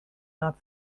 not